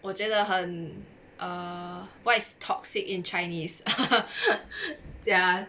我觉得很 err what is toxic in chinese ya